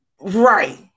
Right